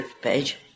page